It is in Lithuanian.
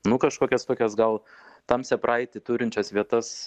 nu kažkokias tokias gal tamsią praeitį turinčias vietas